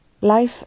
Life